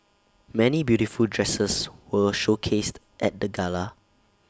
many beautiful dresses were showcased at the gala